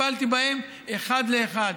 וטיפלתי בהם אחד לאחד.